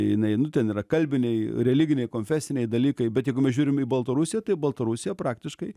jinai nu ten yra kalbiniai religiniai konfesiniai dalykai bet jeigu mes žiūrim į baltarusiją tai baltarusija praktiškai